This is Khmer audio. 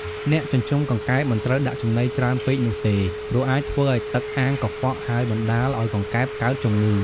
អ្នកចិញ្ចឹមកង្កែបមិនត្រូវដាក់ចំណីច្រើនពេកនោះទេ ព្រោះអាចធ្វើឲ្យទឹកអាងកខ្វក់ ហើយបណ្ដាលឲ្យកង្កែបកើតជំងឺ។